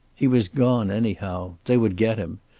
he was gone anyhow. they would get him.